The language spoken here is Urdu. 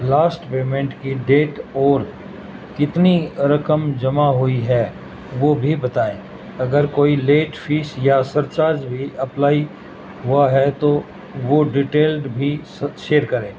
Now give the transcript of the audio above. لاسٹ پیمنٹ کی ڈیٹ اور کتنی رقم جمع ہوئی ہے وہ بھی بتائیں اگر کوئی لیٹ فیس یا سرچارج بھی اپلائی ہوا ہے تو وہ ڈیٹیلڈ بھی ساتھ شیئر کریں